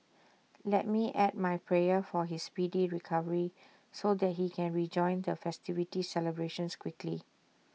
let me add my prayer for his speedy recovery so that he can rejoin the festivity celebrations quickly